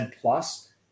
plus